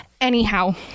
Anyhow